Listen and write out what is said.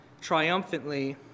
triumphantly